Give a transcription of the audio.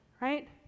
right